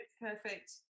perfect